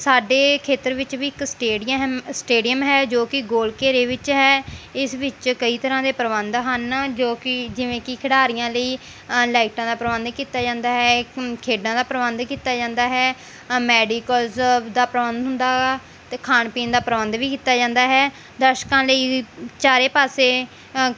ਸਾਡੇ ਖੇਤਰ ਵਿੱਚ ਵੀ ਇੱਕ ਸਟੇਡੀਅਮ ਸਟੇਡੀਅਮ ਹੈ ਜੋ ਕਿ ਗੋਲ ਘੇਰੇ ਵਿੱਚ ਹੈ ਇਸ ਵਿੱਚ ਕਈ ਤਰ੍ਹਾਂ ਦੇ ਪ੍ਰਬੰਧ ਹਨ ਜੋ ਕਿ ਜਿਵੇਂ ਕਿ ਖਿਡਾਰੀਆਂ ਲਈ ਲਾਈਟਾਂ ਦਾ ਪ੍ਰਬੰਧ ਕੀਤਾ ਜਾਂਦਾ ਹੈ ਖ ਖੇਡਾਂ ਦਾ ਪ੍ਰਬੰਧ ਕੀਤਾ ਜਾਂਦਾ ਹੈ ਮੈਡੀਕਲ ਦਾ ਪ੍ਰਬੰਧ ਹੁੰਦਾ ਗਾ ਅਤੇ ਖਾਣ ਪੀਣ ਦਾ ਪ੍ਰਬੰਧ ਵੀ ਕੀਤਾ ਜਾਂਦਾ ਹੈ ਦਰਸ਼ਕਾਂ ਲਈ ਵੀ ਚਾਰੇ ਪਾਸੇ